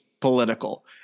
political